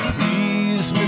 Please